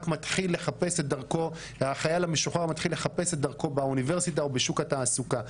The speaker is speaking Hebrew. רק מתחיל לחפש את דרכו באוניברסיטה או בשוק התעסוקה.